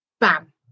bam